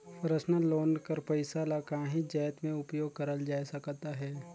personal loan कर पइसा ल काहींच जाएत में उपयोग करल जाए सकत अहे